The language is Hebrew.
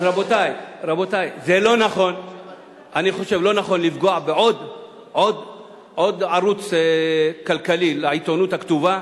אז לא נכון לפגוע בעוד ערוץ כלכלי לעיתונות הכתובה.